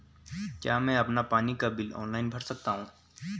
क्या मैं अपना पानी का बिल ऑनलाइन भर सकता हूँ?